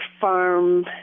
farm